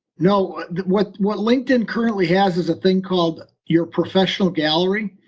no, what what linkedin currently has is a thing called your professional gallery.